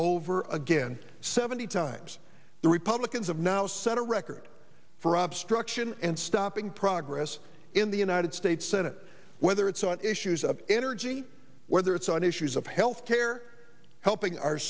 over again seventy times the republicans have now set a record for up struction and stopping progress in the united states senate whether it's on issues of energy whether it's on issues of health care helping our